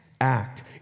Act